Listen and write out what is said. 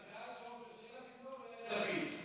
אתה בעד עפר שלח או בעד יאיר לפיד?